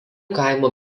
kaimo